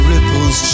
Ripples